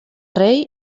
rei